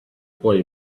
boy